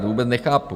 Vůbec nechápu.